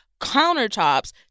countertops